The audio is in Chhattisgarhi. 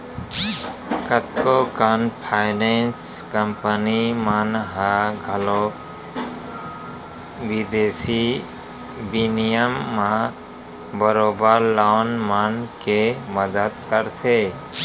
कतको कन फाइनेंस कंपनी मन ह घलौक बिदेसी बिनिमय म बरोबर लोगन मन के मदत करथे